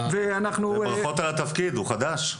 וברכות על התפקיד, הוא חדש.